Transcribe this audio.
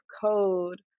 code